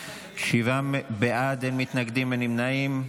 שבעה בעד, אין מתנגדים, אין נמנעים.